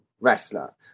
wrestler